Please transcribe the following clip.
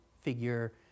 figure